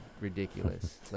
ridiculous